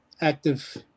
active